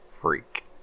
Freak